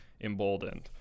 emboldened